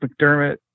McDermott